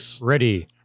Ready